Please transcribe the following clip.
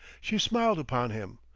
she smiled upon him,